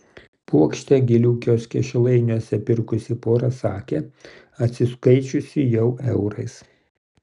puokštę gėlių kioske šilainiuose pirkusi pora sakė atsiskaičiusi jau eurais